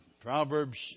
Proverbs